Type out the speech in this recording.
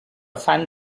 fang